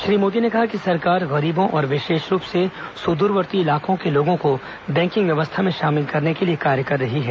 श्री मोदी ने कहा कि सरकार गरीबों और विशेष रूप से सुद्रवर्ती इलाकों में लोगों को बैंकिंग व्यवस्था में शामिल करने के लिए कार्य कर रही है